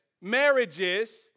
marriages